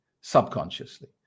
subconsciously